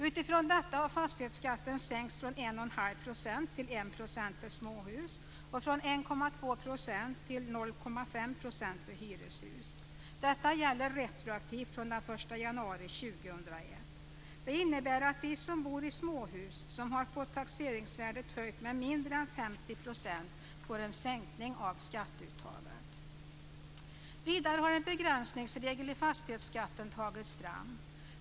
Utifrån detta har fastighetsskatten sänkts från 1,5 % till 1 % Detta gäller retroaktivt från den 1 januari 2001. Det innebär att de som bor i småhus och som har fått taxeringsvärdet höjt med mindre än 50 % får en sänkning av skatteuttaget. Vidare har en begränsningsregel i fastighetsskatten tagits fram.